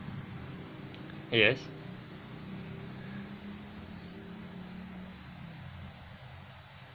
yes